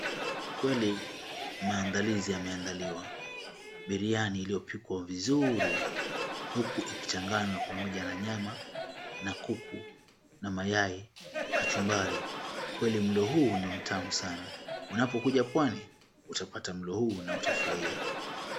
Kweli maandalizi yameandaliwa biriani iliyopikwa vizuri huku ikichanganywa pamoja na nyama na kuku na mayai kachumbari. Kweli mlo huu ni mtamu sana unapokuja pwani, utapata mlo huu na utafurahia.